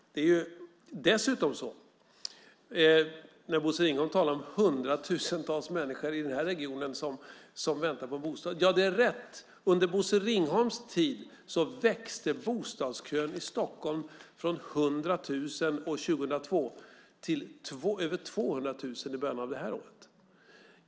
Bosse Ringholm talar om att det är hundratusentals människor i den här regionen som väntar på en bostad. Ja, det är riktigt. Under Bosse Ringholms tid växte bostadskön i Stockholm från 100 000 år 2002 till över 200 000 i början av det här året.